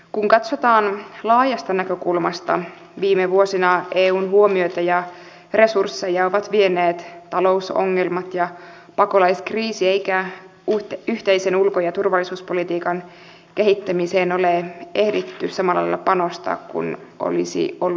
kun katsotaan laajasta näkökulmasta viime vuosina eun huomiota ja resursseja ovat vieneet talousongelmat ja pakolaiskriisi eikä yhteisen ulko ja turvallisuuspolitiikan kehittämiseen ole ehditty panostaa samalla lailla kuin olisi ollut syytä